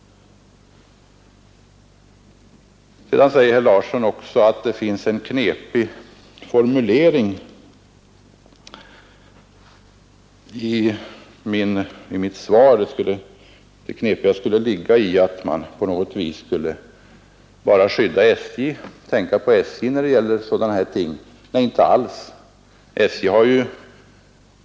Sedan säger herr Larsson att det finns en knepig formulering i mitt svar. Det knepiga skulle ligga i att man på något vis bara skulle skydda SJ, när det gäller sådana här ting. Nej, inte alls!